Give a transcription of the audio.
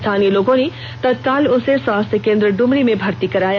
स्थानीय लोगों ने तत्काल उसे स्वास्थ्य केंद्र ड्मरी में भर्ती कराया